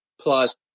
plus